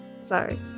sorry